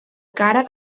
cara